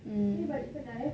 um